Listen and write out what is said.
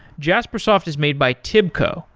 jaspersoft is made by tibco,